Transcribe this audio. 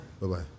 Bye-bye